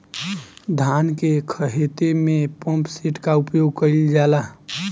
धान के ख़हेते में पम्पसेट का उपयोग कइल जाला?